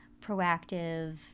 proactive